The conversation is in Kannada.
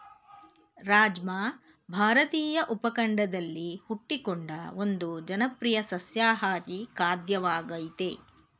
ರಾಜ್ಮಾ ಭಾರತೀಯ ಉಪಖಂಡದಲ್ಲಿ ಹುಟ್ಟಿಕೊಂಡ ಒಂದು ಜನಪ್ರಿಯ ಸಸ್ಯಾಹಾರಿ ಖಾದ್ಯವಾಗಯ್ತೆ